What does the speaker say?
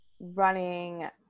running